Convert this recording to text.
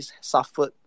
suffered